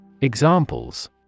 Examples